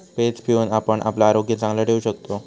page पिऊन आपण आपला आरोग्य चांगला ठेवू शकतव